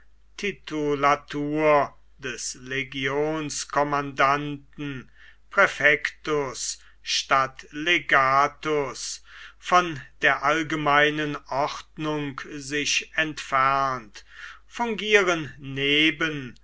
titulatur des legionskommandanten praefectus statt legatus von der allgemeinen ordnung sich entfernt fungieren neben